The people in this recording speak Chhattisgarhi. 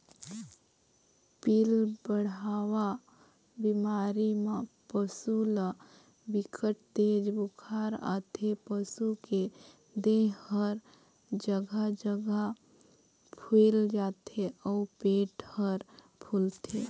पिलबढ़वा बेमारी म पसू ल बिकट तेज बुखार आथे, पसू के देह हर जघा जघा फुईल जाथे अउ पेट हर फूलथे